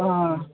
हां